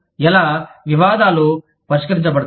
ఎలా వివాదాలు పరిష్కరించబడతాయి